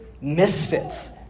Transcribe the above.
misfits